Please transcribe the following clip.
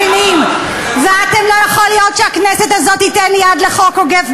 אתכם, חבר הכנסת מוזס,